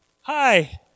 hi